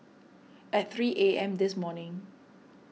at three A M this morning